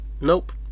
Nope